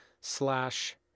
slash